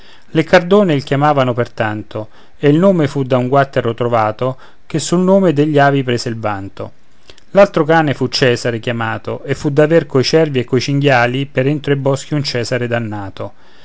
il chiamavano pertanto e il nome fu da un guattero trovato che sul nome degli avi prese il vanto l'altro cane fu cesare chiamato e fu davver coi cervi e coi cinghiali per entro ai boschi un cesare dannato